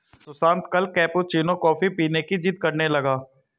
सुशांत कल cappuccino coffee पीने की जिद्द करने लगा